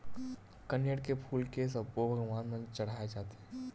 कनेर के फूल के सब्बो भगवान म चघाय जाथे